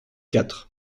quatre